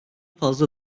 fazla